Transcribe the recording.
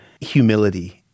humility